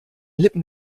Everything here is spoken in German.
lippen